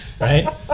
right